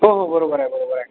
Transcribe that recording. हो हो बरोबर आहे बरोबर आहे